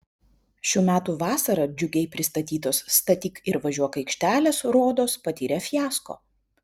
šių metų vasarą džiugiai pristatytos statyk ir važiuok aikštelės rodos patyrė fiasko